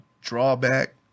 drawback